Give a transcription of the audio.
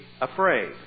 afraid